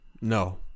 no